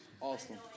awesome